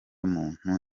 muntu